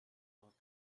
ans